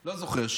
לא זוכר.